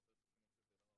חברת הכנסת אלהרר.